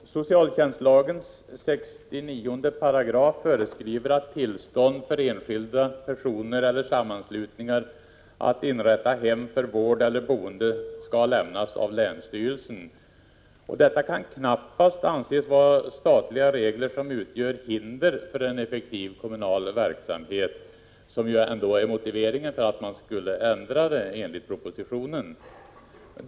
Fru talman! Socialtjänstlagens 69 § föreskriver att tillstånd för enskilda personer eller sammanslutningar att inrätta hem för vård eller boende skall lämnas av länsstyrelsen. Detta kan knappast anses vara statliga regler som utgör hinder för en effektiv kommunal verksamhet, vilket ändå är motivet för att ändra dem, enligt propositionen.